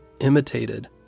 imitated